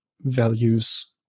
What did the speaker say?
values